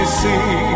see